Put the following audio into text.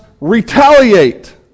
retaliate